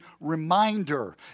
reminder